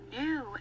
new